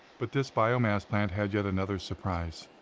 but this biomass plant had yet another surprise.